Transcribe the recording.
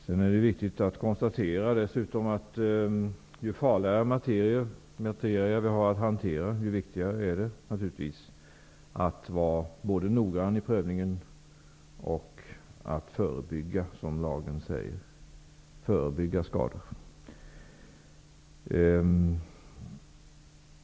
Sedan är det dessutom viktigt att konstatera att ju farligare materier man har att hantera, desto viktigare är det naturligtvis både att vara noggrann vid prövningen och att, som lagen säger, förebygga skada.